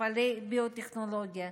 מפעלי ביוטכנולוגיה,